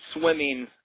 swimming